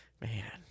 Man